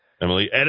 Emily